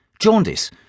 jaundice